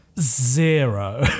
zero